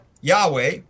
Yahweh